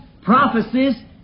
prophecies